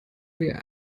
wir